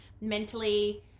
mentally –